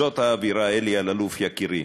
זאת האווירה, אלי אלאלוף, יקירי.